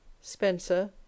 Spencer